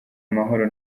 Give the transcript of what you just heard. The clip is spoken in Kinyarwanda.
amahoro